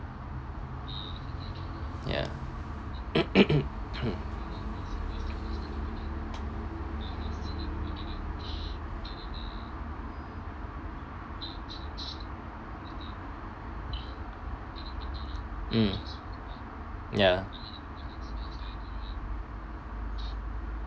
ya mm ya